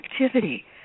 activity